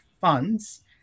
funds